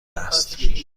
است